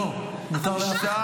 לא, מותר לאף אחד.